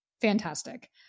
fantastic